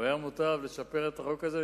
ומוטב לשפר את החוק הזה.